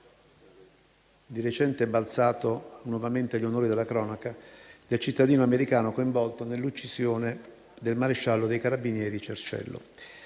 di recente balzato nuovamente agli onori della cronaca, del cittadino americano coinvolto nell'uccisione del maresciallo dei carabinieri Cerciello.